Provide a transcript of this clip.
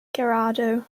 girardeau